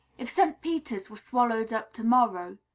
if st. peter's were swallowed up to-morrow,